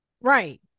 Right